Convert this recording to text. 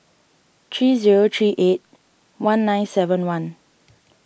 three zero three eight one nine seven one